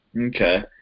Okay